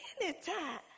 anytime